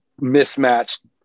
mismatched